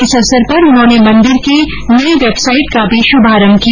इस अवसर पर उन्होंने मन्दिर की नई वेबसाइट का भी शुभारम्भ किया